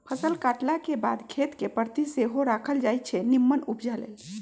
फसल काटलाके बाद खेत कें परति सेहो राखल जाई छै निम्मन उपजा लेल